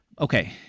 okay